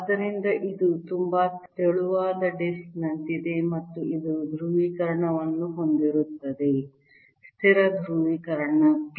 ಆದ್ದರಿಂದ ಇದು ತುಂಬಾ ತೆಳುವಾದ ಡಿಸ್ಕ್ನಂತಿದೆ ಮತ್ತು ಇದು ಧ್ರುವೀಕರಣವನ್ನು ಹೊಂದಿರುತ್ತದೆ ಸ್ಥಿರ ಧ್ರುವೀಕರಣ p